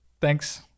Thanks